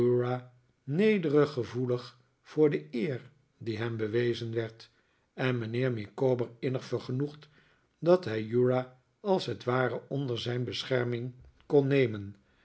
nederig gevoelig voor de eer die hem bewezen werd en mijnheer micawber innig vergenoegd dat hij uriah als het ware onder zijn bescherming kon nemen